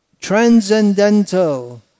transcendental